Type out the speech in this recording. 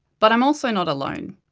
but i'm also not alone.